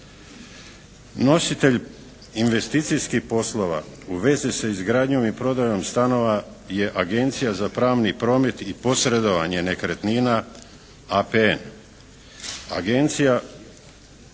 Nositelj investicijskih poslova u vezi s izgradnjom i prodajom stanova je Agencija za pravni promet i posredovanje nekretnina APN.